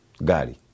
Gari